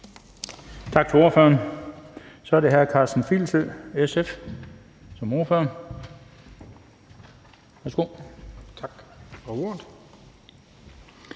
Tak til ordføreren. Så er det hr. Karsten Filsø, SF, som ordfører. Værsgo. Kl.